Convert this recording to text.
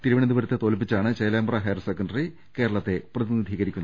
തിരുവനന്തപുരത്തെ തോൽപ്പിച്ചാണ് Chelembra higher secondary കേരളത്തെ പ്രതിനിധീകരിക്കുന്നത്